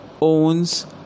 owns